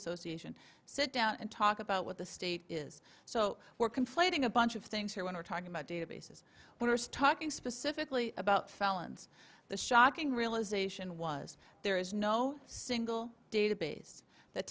association sit down and talk about what the state is so we're conflating a bunch of things here when we're talking about databases when i was talking specifically about felons the shocking realization was there is no so single database that